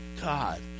God